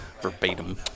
Verbatim